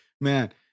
man